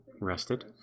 rested